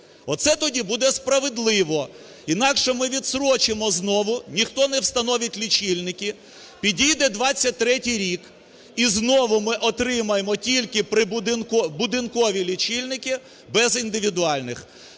Оце тоді буде справедливо. Інакше ми відстрочимо знову, ніхто не встановить лічильники, підійде 2023 рік - і знову ми отримаємо тільки будинкові лічильники без індивідуальних.